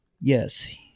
Yes